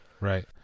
Right